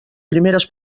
primeres